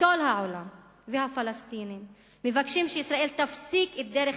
וכל העולם והפלסטינים מבקשים שישראל תפסיק את דרך